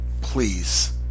Please